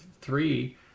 three